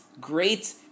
great